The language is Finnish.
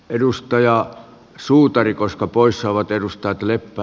edustaja suutari koska poissaolot myös käyttöön